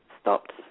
stopped